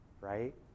right